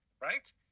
right